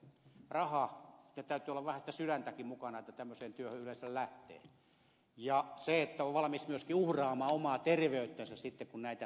täytyy olla vähän sitä sydäntäkin mukana että tämmöiseen työhön yleensä lähtee ja sitä että on valmis myöskin uhraamaan omaa terveyttänsä sitten kun näitä töitä tekee